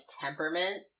temperament